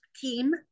team